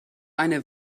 eine